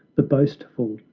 the boastful,